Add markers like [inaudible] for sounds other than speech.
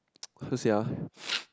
so sia [noise]